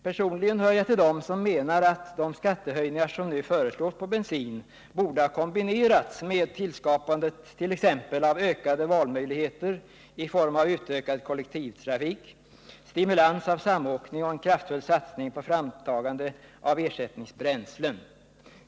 Personligen hör jag till dem som menar att de skattehöjningar på bensin som nu föreslås borde ha kombinerats med tillskapande av t.ex. ökade valmöjligheter i form av ökad kollektivtrafik, stimulans av samåkning och en kraftig satsning på framtagande av ersättningsbränslen.